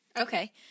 Okay